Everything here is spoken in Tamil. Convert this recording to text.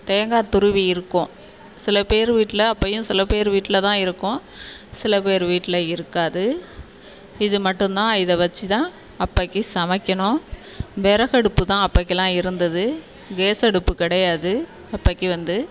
தேங்காய் துருவி இருக்கும் சில பேர் வீட்டில் அப்போயும் சில பேர் வீட்டில் தான் இருக்கும் சில பேர் வீட்டில் இருக்காது இது மட்டுந்தான் இதை வச்சு தான் அப்பைக்கி சமைக்கணும் விறகு அடுப்பு தான் அப்பைக்கிலாம் இருந்துது கேஸ் அடுப்பு கிடையாது அப்பைக்கி வந்து